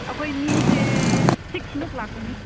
ꯑꯩꯈꯣꯏ ꯃꯤꯁꯦ ꯁꯤꯛꯁ ꯃꯨꯛ ꯂꯥꯛꯀꯅꯤ